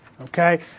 Okay